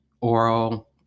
oral